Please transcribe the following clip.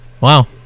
Wow